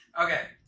Okay